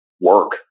work